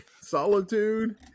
Solitude